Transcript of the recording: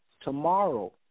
tomorrow